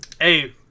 Hey